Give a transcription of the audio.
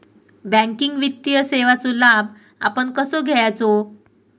Banking वित्तीय सेवाचो लाभ आपण कसो घेयाचो?